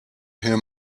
him